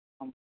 ஆமாம்